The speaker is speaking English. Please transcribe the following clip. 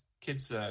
kid's